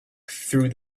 through